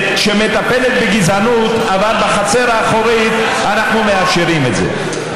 שמטפלת בגזענות אבל בחצר האחורית אנחנו מאפשרים את זה.